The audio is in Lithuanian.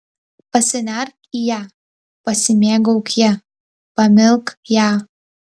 pasinerk į ją pasimėgauk ja pamilk ją